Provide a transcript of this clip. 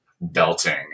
belting